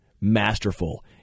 masterful